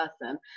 person